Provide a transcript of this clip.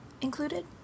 included